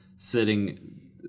sitting